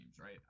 right